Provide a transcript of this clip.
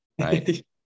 right